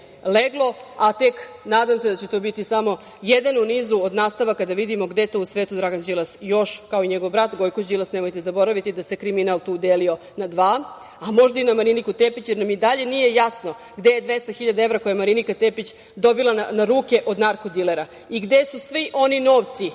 leglo, a tek nadam se da će to biti samo jedan u nizu od nastavaka, da vidimo gde to u svetu Dragan Đilas još, kao i njegov brat Gojko Đilas, nemojte zaboraviti da se kriminal tu delio na dva, a možda i na Mariniku Tepić, jer nam i dalje nije jasno gde je 200 hiljada evra, koje je Marinika Tepić dobila na ruke od narko-dilera i gde su svi oni novci